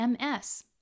MS